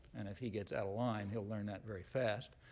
and if he gets out of line, he'll learn that very fast.